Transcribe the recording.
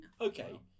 Okay